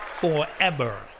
Forever